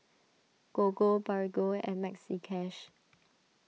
Gogo Bargo and Maxi Cash